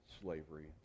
slavery